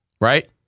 Right